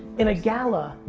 in a gala,